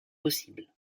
possibles